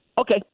Okay